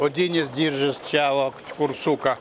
odinis diržas čia kur suka